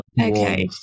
Okay